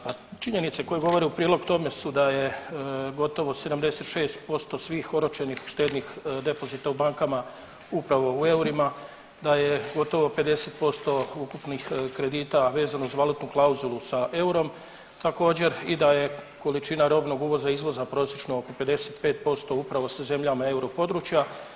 Pa činjenice koje govore u prilog tome su da je gotovo 76% svih oročenih štednih depozita u bankama upravo u eurima, da je gotovo 50% ukupnih kredita vezano uz valutnu klauzulu sa eurom, također i da je količina robnog uvoza i izvoza prosječno oko 55% upravo sa zemljama europodručja.